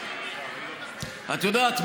את יודעת,